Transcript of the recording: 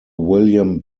william